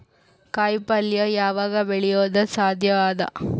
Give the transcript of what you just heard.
ಕಾಯಿಪಲ್ಯ ಯಾವಗ್ ಬೆಳಿಯೋದು ಸಾಧ್ಯ ಅದ?